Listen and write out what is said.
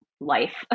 life